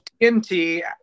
TNT